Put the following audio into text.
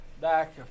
back